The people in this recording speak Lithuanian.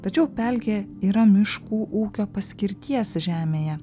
tačiau pelkė yra miškų ūkio paskirties žemėje